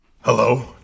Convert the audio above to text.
Hello